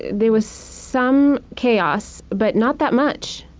there was some chaos but not that much.